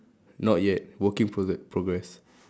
not yet working prosse~ progress